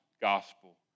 gospel